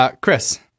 Chris